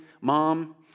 mom